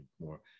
more